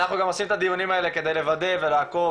אנחנו גם עושים את הדיונים האלה כדי לוודא ולעקוב,